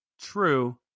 true